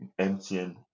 MTN